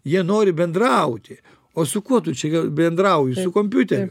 jie nori bendrauti o su kuo tu čia bendrauji su kompiuteriu